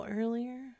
earlier